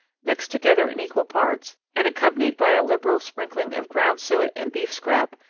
mixed together in equal parts and accompanied by a liberal sprinkling of ground suet and beef scrap,